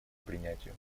принятию